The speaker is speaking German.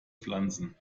pflanzen